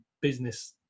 business